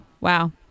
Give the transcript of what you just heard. Wow